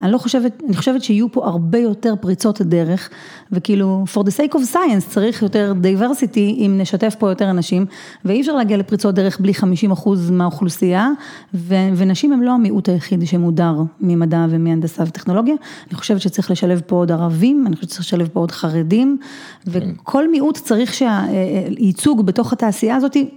אני לא חושבת, אני חושבת שיהיו פה הרבה יותר פריצות דרך וכאילו, for the sake of science צריך יותר diversity אם נשתף פה יותר אנשים ואי אפשר להגיע לפריצות דרך בלי 50 אחוז מהאוכלוסייה, ונשים הן לא המיעוט היחיד שמודר ממדע ומהנדסת טכנולוגיה, אני חושבת שצריך לשלב פה עוד ערבים, אני חושבת שצריך לשלב פה עוד חרדים וכל מיעוט צריך ייצוג בתוך התעשייה הזאתי.